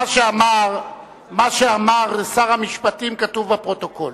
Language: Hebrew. מה שאמר שר המשפטים כתוב בפרוטוקול.